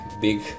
big